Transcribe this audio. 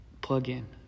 plug-in